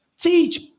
teach